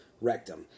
rectum